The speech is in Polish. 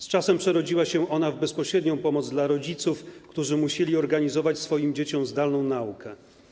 Z czasem przerodziła się ona w bezpośrednią pomoc dla rodziców, którzy musieli organizować swoim dzieciom zdalną naukę.